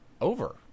over